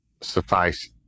suffice